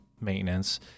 maintenance